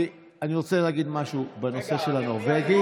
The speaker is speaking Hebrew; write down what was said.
אני רוצה להגיד משהו בנושא של הנורבגי,